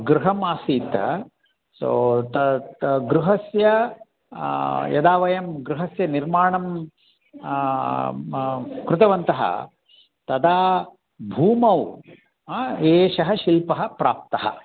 गृहम् आसीत् सो तत् गृहस्य यदा वयं गृहस्य निर्माणं कृतवन्तः तदा भूमौ एषः शिल्पः प्राप्तः